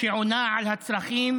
שעונה על הצרכים